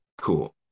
cool